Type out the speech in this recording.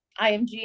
IMG